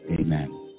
amen